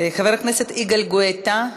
חבר הכנסת יגאל גואטה,